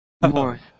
north